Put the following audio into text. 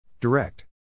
Direct